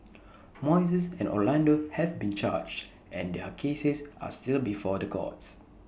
Moises and Orlando have been charged and their cases are still before the courts